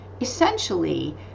Essentially